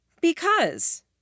Because